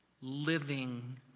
living